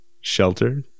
shelter